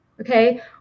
okay